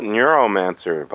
Neuromancer